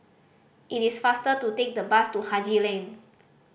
it is faster to take the bus to Haji Lane